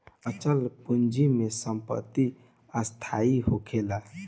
अचल पूंजी में संपत्ति स्थाई होखेला